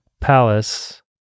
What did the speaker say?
Palace